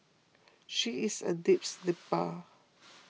she is a deep sleeper